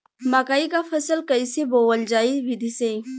मकई क फसल कईसे बोवल जाई विधि से?